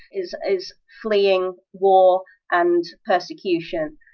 is is fleeing war and persecution,